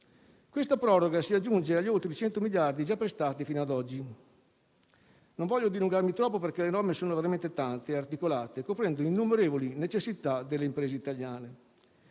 Questa proroga si aggiunge agli oltre 100 miliardi già prestati fino ad oggi. Non voglio dilungarmi troppo, perché le norme sono veramente tante e articolate, coprendo innumerevoli necessità delle imprese italiane,